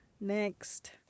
Next